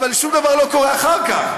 אבל שום דבר לא קורה אחר כך.